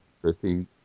Christy